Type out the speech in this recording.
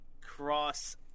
Cross